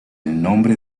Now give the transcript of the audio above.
nombre